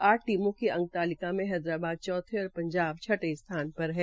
आठ टीमों की अंक तालिका में हैदराबाद चौथे और पंजाब छठे स्थान पर है